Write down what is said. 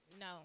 No